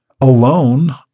alone